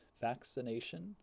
vaccination